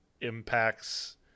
impacts